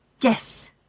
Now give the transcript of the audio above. Yes